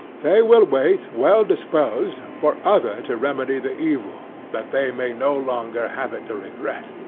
they will wait, well disposed, for others to remedy the evil, that they may no longer have it to regret.